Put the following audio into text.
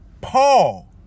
Paul